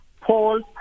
Paul